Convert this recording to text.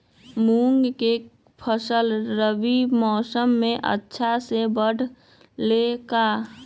मूंग के फसल रबी मौसम में अच्छा से बढ़ ले का?